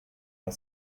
but